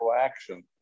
action